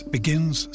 Begins